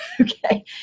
okay